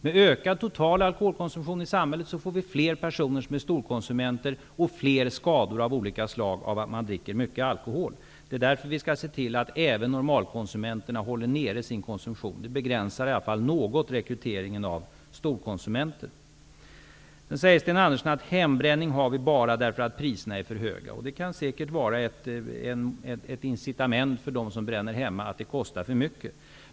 Med ökad totalkonsumtion i samhället får vi fler personer som är storkonsumenter och fler skador av olika slag som beror på alkohol. Det är därför vi skall se till att även normalkonsumenterna håller nere sin konsumtion. Det begränsar något rekryteringen av storkonsumenter. Sten Andersson säger att hembränningen endast beror på att priserna är för höga. De höga priserna är säkert ett incitament för dem som bränner hemma.